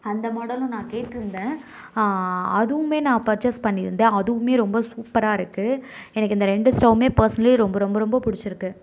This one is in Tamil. அந்த மாடலும் நான் கேட்டிருந்தேன் அதுவுமே நான் பர்சேஸ் பண்ணியிருந்தேன் அதுவுமே ரொம்ப சூப்பராக இருக்குது எனக்கு இந்த ரெண்டு ஸ்டவ்வும் பெர்ஸ்ன்லி ரொம்ப ரொம்ப ரொம்ப பிடிச்சிருக்கு